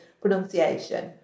pronunciation